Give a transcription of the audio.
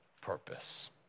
purpose